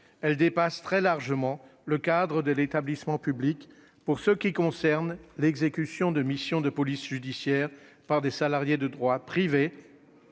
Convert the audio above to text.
Elles dépassent très largement le cadre de l'établissement public pour ce qui concerne l'exécution de missions de police judiciaire par des salariés de droit privé,